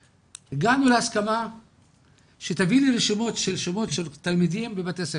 הגענו להסכמה שאביא לו רשימות של שמות של תלמידים בבתי הספר.